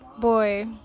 boy